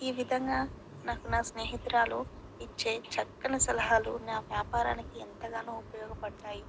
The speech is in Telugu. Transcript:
ఈ విధంగా నాకు నా స్నేహితురాలు ఇచ్చే చక్కని సలహాలు నా వ్యాపారానికి ఎంతగానో ఉపయోగపడతాయి